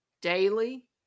daily